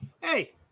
Hey